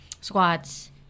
squats